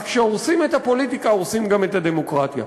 אז כשהורסים את הפוליטיקה הורסים גם את הדמוקרטיה.